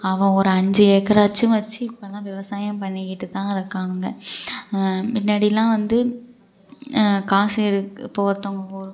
அவன் ஒரு அஞ்சு ஏக்கராச்சும் வெச்சு இப்போ எல்லாம் விவசாயம் பண்ணிக்கிட்டு தான் இருக்கானுங்க முன்னாடில்லாம் வந்து காசு இருக்குது இப்போ ஒருத்தங்க ஒரு